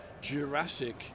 jurassic